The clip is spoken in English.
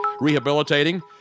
rehabilitating